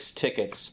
tickets